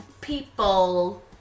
people